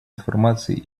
информации